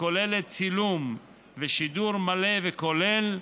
הכוללת צילום ושידור מלא וכולל,